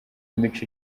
imico